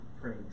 praise